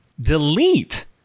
delete